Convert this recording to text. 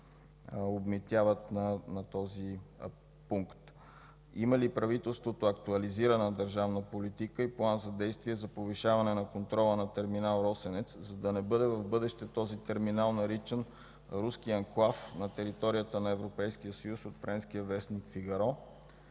обмитяват на този пункт? Има ли правителството актуализирана държавна политика и план за действие за повишаване на контрола на терминал „Росенец”, за да не бъде в бъдеще този терминал наричан „руски анклав на територията на Европейския съюз” от френския вестник „Фигаро”?